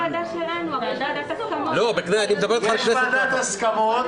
יש ועדת הסכמות.